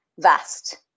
vast